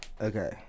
Okay